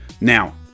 Now